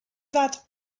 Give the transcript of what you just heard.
that